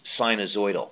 sinusoidal